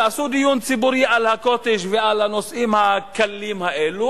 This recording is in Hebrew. תעשו דיון ציבורי על ה"קוטג'" ועל הנושאים הקלים האלה,